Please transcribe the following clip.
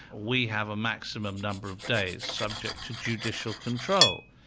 we have a maximum number of days, subject to judicial control,